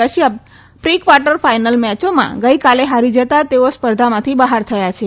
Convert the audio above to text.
Kashyap pre quarter final મેચોમાં ગઈકાલે હારી જતાં તેઓ સ્પર્ધામાંથી બહાર થયા છે